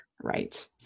Right